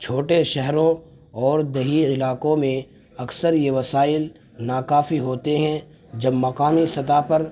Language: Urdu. چھوٹے شہروں اور دیہی علاقوں میں اکثر یہ وسائل ناکافی ہوتے ہیں جب مقامی سطح پر